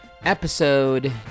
episode